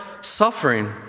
suffering